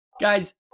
Guys